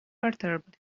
perturbed